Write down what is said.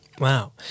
Wow